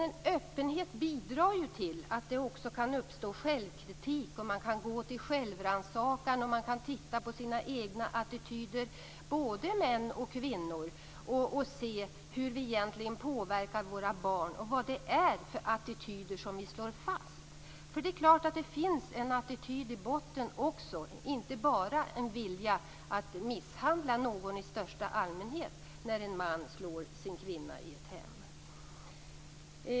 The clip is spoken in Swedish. Men öppenhet bidrar till att det kan uppstå självkritik och självrannsakan, att se till egna attityder hos både män och kvinnor. Hur påverkar vi våra barn, och vilka attityder slås fast? Det finns en attityd i botten när en man slår sin kvinna i hemmet, inte bara en vilja att misshandla någon i största allmänhet.